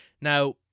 now